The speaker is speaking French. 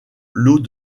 l’eau